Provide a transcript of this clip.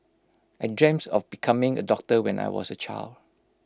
I dreams of becoming A doctor when I was A child